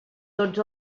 tots